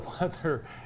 weather